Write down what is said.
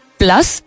plus